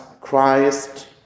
Christ